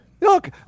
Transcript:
Look